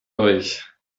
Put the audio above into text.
euch